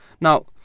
Now